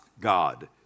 God